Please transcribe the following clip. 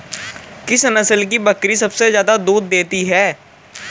किस नस्ल की बकरी सबसे ज्यादा दूध देती है?